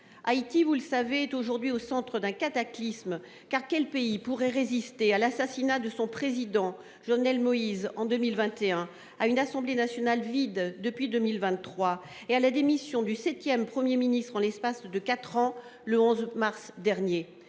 Haïti, vous le savez, est aujourd’hui au centre d’un cataclysme. Car quel pays pourrait résister à l’assassinat de son président, Jovenel Moïse, à une Assemblée nationale vide depuis 2023 et à la démission du septième premier ministre en l’espace de quatre ans le 11 mars dernier ?